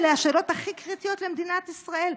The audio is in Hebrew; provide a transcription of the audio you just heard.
אלה השאלות הכי קריטיות למדינת ישראל.